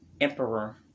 Emperor